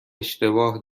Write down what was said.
اشتباه